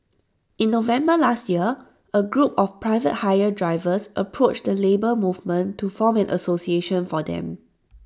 in November last year A group of private hire drivers approached the Labour Movement to form an association for them